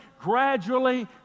gradually